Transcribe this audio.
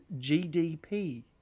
GDP